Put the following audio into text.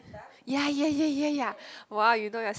ya ya ya ya ya !wah! you gonna